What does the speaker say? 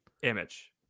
Image